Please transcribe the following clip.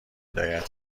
حمایت